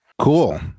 Cool